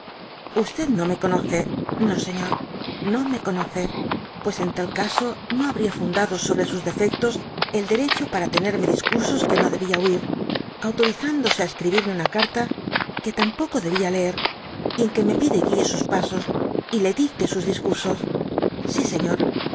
criminales no me conoce no señor no me conoce pues en tal caso no habria fundado sobre sus defectos el derecho para tenerme discursos que no debia oir autorizándose á escribirme una carta que tampoco debia leer y en que me pide guie sus pasos y le dicte sus discursos si señor